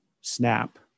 snap